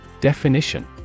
Definition